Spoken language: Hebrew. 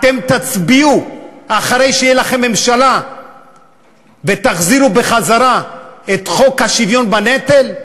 אתם תצביעו אחרי שתהיה לכם ממשלה ותחזירו את חוק השוויון בנטל?